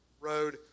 Road